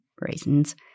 reasons